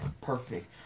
Perfect